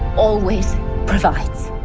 always provides.